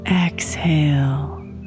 exhale